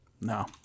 no